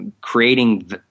creating